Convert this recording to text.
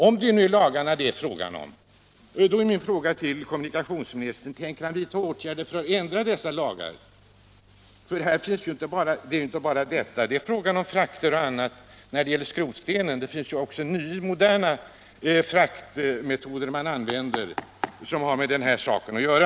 Om det nu gäller lagarna vill jag fråga: Tänker kommunikationsministern vidta åtgärder för att ändra dessa lagar? Det gäller inte bara frakter av skrotsten. Det finns även modernare fraktmetoder som har med denna sak att göra.